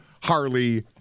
Harley